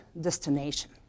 destination